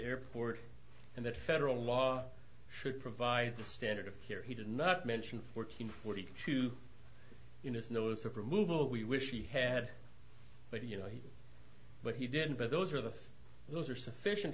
airport and that federal law should provide the standard of care he did not mention fourteen forty two in his nose of removal we wish he had but you know what he did but those are the those are sufficient